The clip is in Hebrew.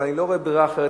אבל אני לא רואה ברירה אחרת,